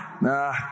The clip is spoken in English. Nah